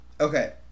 Okay